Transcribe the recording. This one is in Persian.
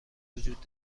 وجود